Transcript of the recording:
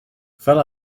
fel